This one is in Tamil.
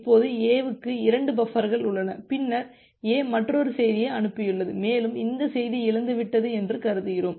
இப்போது A க்கு 2 பஃபர்ங்கள் உள்ளன பின்னர் A மற்றொரு செய்தியை அனுப்பியுள்ளது மேலும் இந்த செய்தி இழந்துவிட்டது என்று கருதுகிறோம்